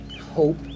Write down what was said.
Hope